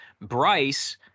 Bryce